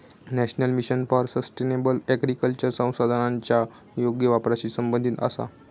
national mission for sustainable agriculture संसाधनांच्या योग्य वापराशी संबंधित आसा